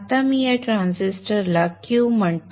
आता मी या ट्रान्झिस्टरला Q म्हणतो